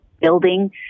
building